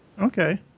Okay